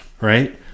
right